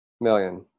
million